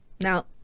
Now